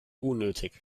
unnötig